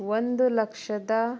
ಒಂದು ಲಕ್ಷದ